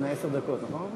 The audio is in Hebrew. עד עשר דקות לרשותך, אדוני.